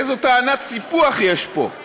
איזו טענת סיפוח יש פה?